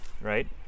right